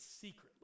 secretly